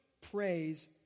praise